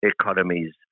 economies